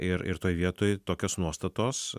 ir ir toj vietoj tokios nuostatos